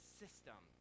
system